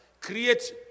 Create